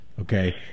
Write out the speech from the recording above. Okay